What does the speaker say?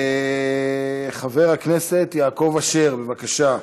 חבר הכנסת יעקב אשר, בבקשה.